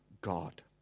God